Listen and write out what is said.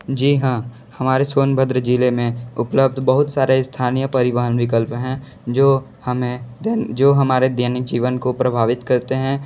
जी हाँ हमारे सोनभद्र ज़िले में उपलब्ध बहुत सारे स्थानीय परिवहन विकल्प हैं जो हमें दैन जो हमें जो हमारे दैनिक जीवन को प्रभावित करते हैं